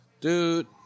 Dude